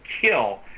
kill